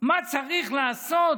מה צריך לעשות